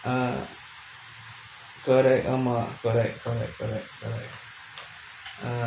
ah correct ஆமா:aamaa correct correct correct